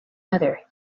mother